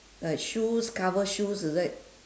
uh shoes cover shoes is it